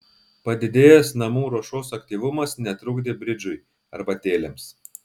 padidėjęs namų ruošos aktyvumas netrukdė bridžui arbatėlėms